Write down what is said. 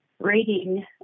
rating